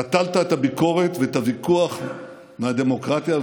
נטלת את הביקורת ואת הוויכוח מהדמוקרטיה,